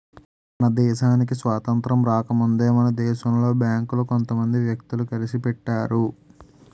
మన దేశానికి స్వాతంత్రం రాకముందే మన దేశంలో బేంకులు కొంత మంది వ్యక్తులు కలిసి పెట్టారు